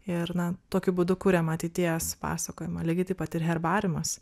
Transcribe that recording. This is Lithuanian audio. ir na tokiu būdu kuriam ateities pasakojimą lygiai taip pat ir herbariumas